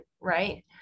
right